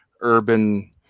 urban